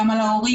גם על ההורים,